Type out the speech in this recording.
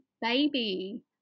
baby